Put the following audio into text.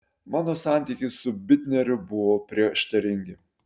mano santykiai su bitneriu buvo prieštaringi